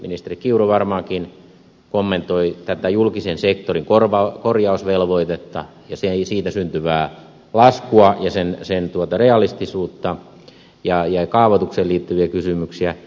ministeri kiuru varmaankin kommentoi tätä julkisen sektorin korjausvelvoitetta ja siitä syntyvää laskua ja sen realistisuutta ja kaavoitukseen liittyviä kysymyksiä